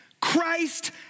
Christ